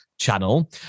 Channel